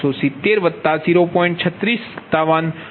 3657 53